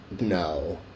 No